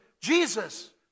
Jesus